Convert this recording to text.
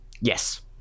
yes